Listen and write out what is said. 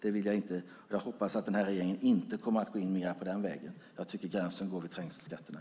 Jag hoppas att regeringen inte kommer att gå in mer på den vägen. Jag tycker att gränsen går vid trängselskatterna.